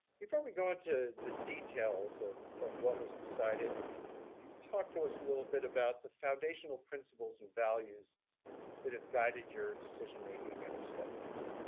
before we go into the details of of what was decided, could you talk to us a little bit about the foundational principles and values that have guided your decision making every step of the way?